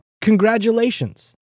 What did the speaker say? congratulations